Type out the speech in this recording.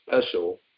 Special